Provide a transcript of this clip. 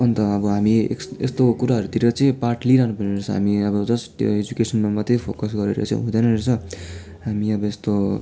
अन्त अब हामी यस्तो यस्तो कुराहरूतिर चाहिँ पार्ट लिइरहनु पर्ने रहेछ हामी अब जस्ट त्यो एजुसेकनमा मात्रै फोकस गरेर चाहिँ हुँदैन रहेछ हामी अब यस्तो